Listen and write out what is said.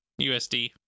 USD